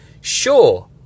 sure